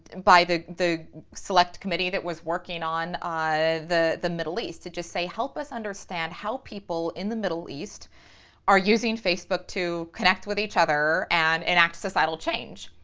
and by the the select committee that was working on the the middle east to just say help us understand how people in the middle east are using facebook to connect with each other and enact societal change.